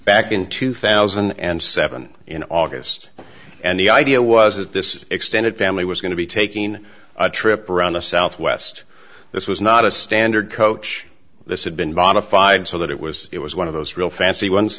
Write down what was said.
back in two thousand and seven in august and the idea was that this extended family was going to be taking a trip around the southwest this was not a standard coach this had been modified so that it was it was one of those real fancy ones